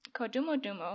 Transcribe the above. Kodumodumo